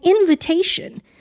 invitation